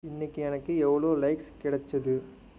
இன்னைக்கு எனக்கு எவ்வளோ லைக்ஸ் கிடைச்சது